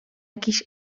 jakiś